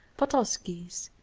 potockis,